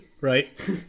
Right